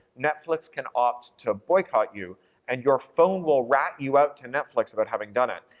netflix can opt to boycott you and your phone will rat you out to netflix about having done it.